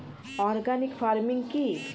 Organic farming কি?